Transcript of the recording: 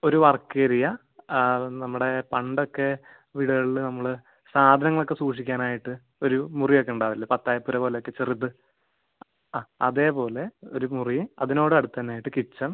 ഒരു വർക്കേരിയ അതും നമ്മുടെ പണ്ടൊക്കെ വീടുകളിൽ നമ്മൾ സാധനങ്ങളൊക്കെ സൂക്ഷിക്കാനായിട്ട് ഒരു മുറിയൊക്കെ ഉണ്ടാവില്ലേ പത്തായപ്പുര പോലെയൊക്കെ ചെറുത് ആ അതേപോലെ ഒരു മുറി അതിനോട് അടുത്ത് തന്നെയായിട്ട് കിച്ചൺ